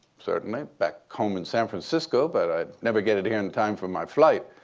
certainly, back home in san francisco. but i'd never get it here in time for my flight.